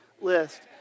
list